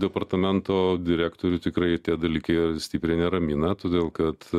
departamento direktorių tikrai tie dalykai stipriai neramina todėl kad